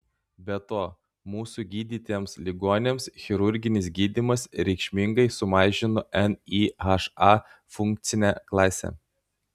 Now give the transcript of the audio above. be to mūsų gydytiems ligoniams chirurginis gydymas reikšmingai sumažino nyha funkcinę klasę